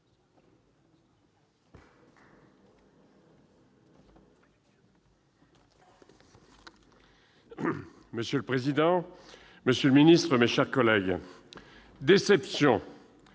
Monsieur le président, monsieur le ministre, mes chers collègues, déception,